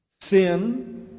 sin